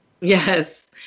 Yes